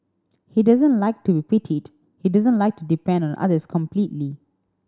he doesn't like to pitied he doesn't like to depend on others completely